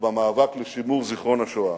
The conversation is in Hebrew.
ובמאבק לשימור זיכרון השואה.